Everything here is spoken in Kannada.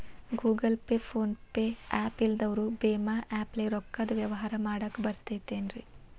Google Pay, PhonePe app ಇಲ್ಲದವರು ಭೇಮಾ ಆ್ಯಪ್ ಲೇ ರೊಕ್ಕದ ವ್ಯವಹಾರ ಮಾಡಾಕ್ ಬರತೈತೇನ್ರೇ?